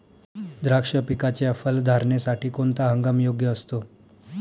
द्राक्ष पिकाच्या फलधारणेसाठी कोणता हंगाम योग्य असतो?